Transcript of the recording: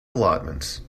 allotments